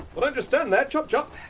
well, don't just stand there! chop chop!